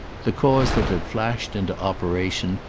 the cause that had flashed into operation,